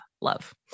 love